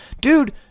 Dude